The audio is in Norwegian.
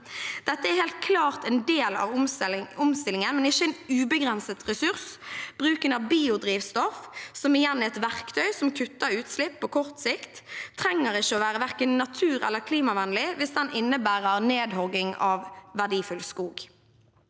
Dette er helt klart en del av omstillingen, men ikke en ubegrenset ressurs. Bruken av biodrivstoff, som igjen er et verktøy som kutter utslipp på kort sikt, trenger ikke å være verken natur- eller klimavennlig hvis den innebærer nedhogging av verdifull skog.